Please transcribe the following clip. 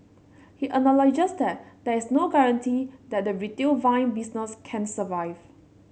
he acknowledges that there is no guarantee that the retail vinyl business can survive